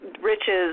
riches